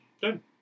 Good